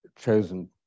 chosen